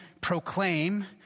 proclaim